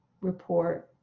report